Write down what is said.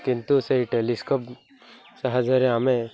କିନ୍ତୁ ସେଇ ଟେଲିସ୍କୋପ୍ ସାହାଯ୍ୟରେ ଆମେ